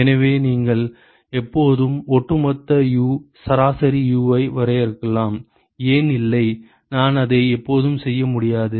எனவே நீங்கள் எப்போதும் ஒட்டுமொத்த U சராசரி U ஐ வரையறுக்கலாம் ஏன் இல்லை நான் அதை எப்போதும் செய்ய முடியாது